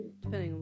depending